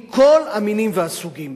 מכל המינים והסוגים.